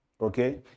okay